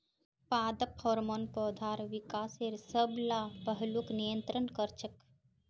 पादप हार्मोन पौधार विकासेर सब ला पहलूक नियंत्रित कर छेक